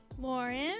lauren